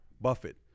Buffett